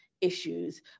issues